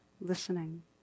listening